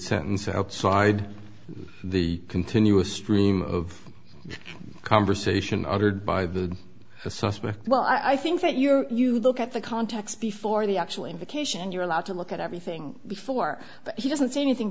sentence outside the continuous stream of conversation uttered by the suspect well i think that you're you look at the context before the actual invocation and you're allowed to look at everything before but he doesn't say anything